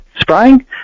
spraying